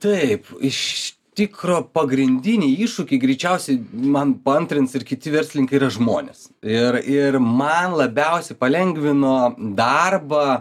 taip iš tikro pagrindiniai iššūkiai greičiausiai man paantrins ir kiti verslininkai yra žmonės ir ir man labiausiai palengvino darbą